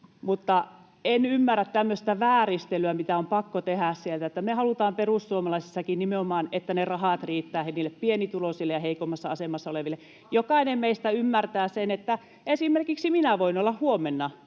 — En ymmärrä tämmöistä vääristelyä, mitä sieltä on pakko tehdä. Me halutaan perussuomalaisissakin nimenomaan, että ne rahat riittävät pienituloisille ja heikommassa asemassa oleville. Jokainen meistä ymmärtää, että esimerkiksi minä voin olla huomenna